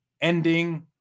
ending